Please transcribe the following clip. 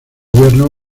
gobierno